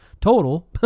total